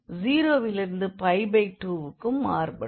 0 விலிருது 2 க்கும் மாறுபடும்